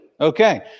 Okay